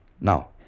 Now